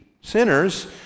sinners